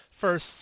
first